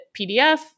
PDF